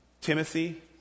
Timothy